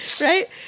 Right